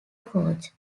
coach